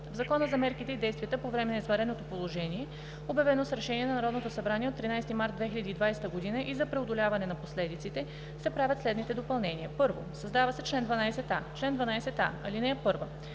В Закона за мерките и действията по време на извънредното положение, обявено с решение на Народното събрание от 13 март 2020 г., и за преодоляване на последиците (обн., ДВ, бр. …) се правят следните допълнения: 1. Създава се чл. 12а: „Чл. 12а. (1)